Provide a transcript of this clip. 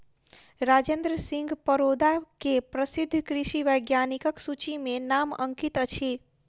राजेंद्र सिंह परोदा के प्रसिद्ध कृषि वैज्ञानिकक सूचि में नाम अंकित अछि